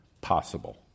possible